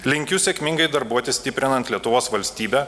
linkiu sėkmingai darbuotis stiprinant lietuvos valstybę